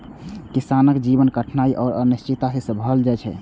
किसानक जीवन कठिनाइ आ अनिश्चितता सं भरल होइ छै